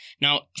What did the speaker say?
now